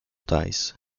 dice